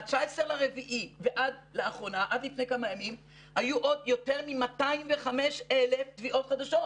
מה-19.4 ועד לפני כמה ימים היו עוד יותר מ-205,000 תביעות חדשות